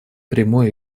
прямой